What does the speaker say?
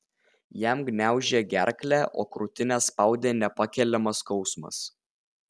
jam gniaužė gerklę o krūtinę spaudė nepakeliamas skausmas